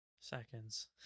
Seconds